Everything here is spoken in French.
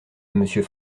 monsieur